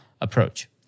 approach